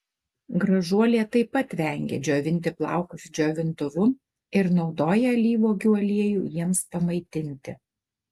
gražuolė taip pat vengia džiovinti plaukus džiovintuvu ir naudoja alyvuogių aliejų jiems pamaitinti